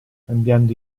cambiando